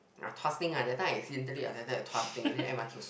ah Tuas Link lah that time I accidentally alighted at Tuas Link and then m_r_t was so